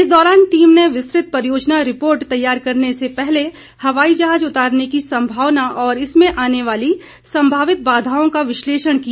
इस दौरान टीम ने विस्तृत परियोजना रिपोर्ट तैयार करने से पहले हवाई जहाज उतारने की संभावना और इसमें आने वाली संभावित बाधाओं का विशलेषण किया